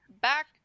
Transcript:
back